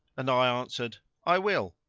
and i answered i will.